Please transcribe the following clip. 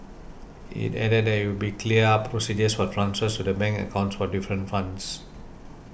it added that it would be clear up procedures for transfers to the bank accounts for different funds